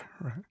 right